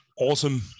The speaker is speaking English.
awesome